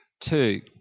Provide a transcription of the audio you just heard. Two